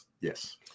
yes